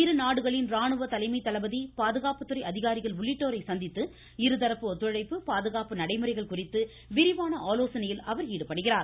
இரு நாடுகளின் ராணுவ தலைமை தளபதி பாதுகாப்புத்துறை அதிகாரிகள் உள்ளிட்டோரை சந்தித்து இருதரப்பு ஒத்துழைப்பு பாதுகாப்பு நடைமுறைகள் குறித்து விரிவான ஆலோசனையில் அவர் ஈடுபடுகிறார்